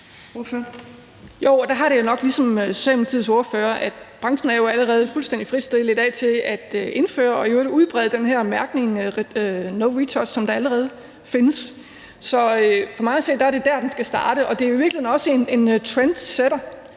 Jo, og der har jeg det nok ligesom Socialdemokratiets ordfører, at branchen jo allerede er fuldstændig frit stillet i dag til at indføre og i øvrigt udbrede den her mærkning »no retouch«, der allerede findes. Så for mig at se er det der, den skal starte, og det er jo i virkeligheden også en trendsætter.